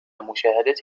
مشاهدة